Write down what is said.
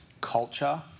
culture